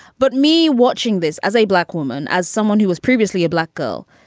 but me watching this as a black woman, as someone who was previously a black girl,